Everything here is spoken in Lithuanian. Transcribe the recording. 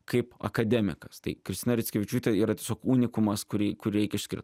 kaip akademikas tai kristina rickevičiūtė yra tiesiog unikumas kurį kurį reikia išskirt